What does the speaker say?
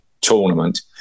tournament